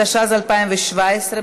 התשע"ז 2017,